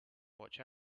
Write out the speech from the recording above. watch